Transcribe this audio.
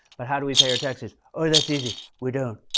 but how do we pay our taxes? oh, that's easy. we don't.